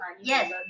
Yes